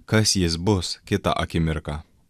kas jis bus kitą akimirką